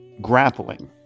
grappling